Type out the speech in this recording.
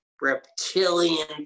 reptilian